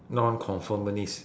nonconformist